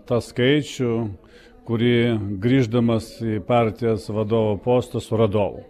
tą skaičių kurį grįždamas į partijos vadovo postą suradau